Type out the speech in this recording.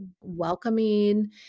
welcoming